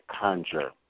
conjure